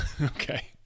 Okay